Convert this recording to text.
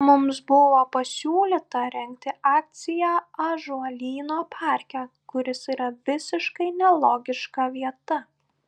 mums buvo pasiūlyta rengti akciją ąžuolyno parke kuris yra visiškai nelogiška vieta